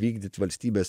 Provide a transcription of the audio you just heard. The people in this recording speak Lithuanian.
vykdyt valstybės